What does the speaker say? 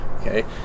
Okay